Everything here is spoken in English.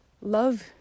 love